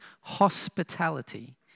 hospitality